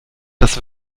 das